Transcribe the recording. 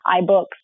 iBooks